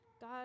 God